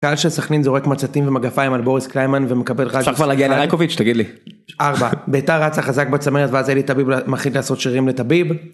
קהל של סכנין זורק מצתים ומגפיים על בוריס קליימן ומקבל רעש חזק אפשר כבר להגיע לריקוביץ׳ תגיד לי ארבע ביתר רצה חזק בצמרת ואז אלי טביב מחליט לעשות שרירים לטביב